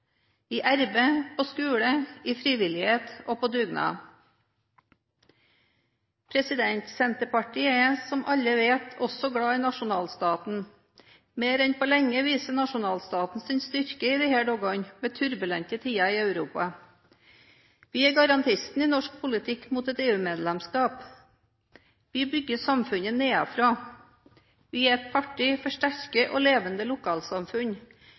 i arbeid, på skole, i frivillighet og på dugnad. Senterpartiet er også, som alle vet, glad i nasjonalstaten. Mer enn på lenge viser nasjonalstaten sin styrke i disse dagene med turbulente tider i Europa. Vi er garantisten i norsk politikk mot et EU-medlemskap. Vi bygger samfunnet nedenifra. Vi er partiet for sterke og levende lokalsamfunn,